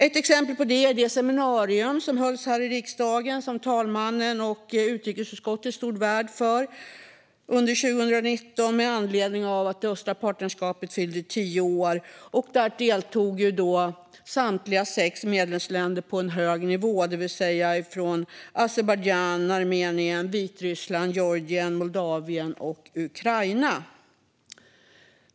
Ett exempel på det är det seminarium som hölls här i riksdagen 2019, som talmannen och utrikesutskottet stod värd för, med anledning av att det östliga partnerskapet fyllde tio år. Där deltog man på en hög nivå från samtliga sex medlemsländer - Azerbajdzjan, Armenien, Vitryssland, Georgien, Moldavien och Ukraina.